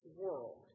world